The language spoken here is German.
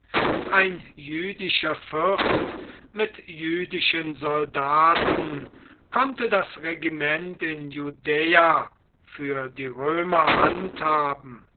ein jüdischer fürst mit jüdischen soldaten konnte das regiment in judäa für die römer handhaben